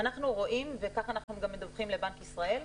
אנחנו רואים, וכך אנחנו גם מדווחים לבנק ישראל,